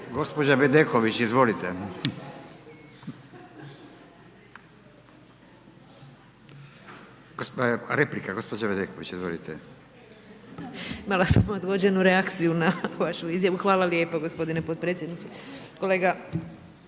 Gospođa Bedeković, izvolite. Replika, gospođa Bedeković, izvolite. **Bedeković, Vesna (HDZ)** Imala sam odgođenu reakciju na vašu izjavu, hvala lijepo gospodine potpredsjedniče. Kolega,